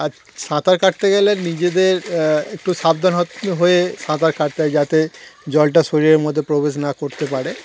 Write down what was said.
আর সাঁতার কাটতে গেলে নিজেদের একটু সাবধান হ হয়ে সাঁতার কাটতে হয় যাতে জলটা শরীরের মধ্যে প্রবেশ না করতে পারে